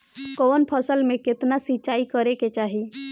कवन फसल में केतना सिंचाई करेके चाही?